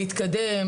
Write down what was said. להתקדם,